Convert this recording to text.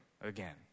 again